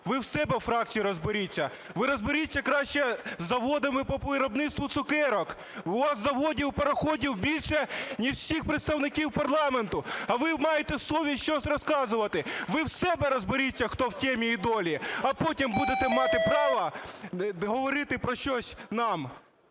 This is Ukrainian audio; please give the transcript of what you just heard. ви в себе у фракції розберіться, ви розберіться краще із заводами по виробництву цукерок, у вас заводів і пароходів більше, ніж у всіх представників парламенту, а ви маєте совість щось розказувати. Ви в себе розберіться, хто в темі і долі, а потім будете мати право говорити про щось нам.